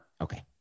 Okay